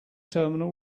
terminal